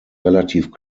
relativ